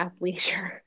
athleisure